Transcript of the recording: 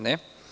Ne.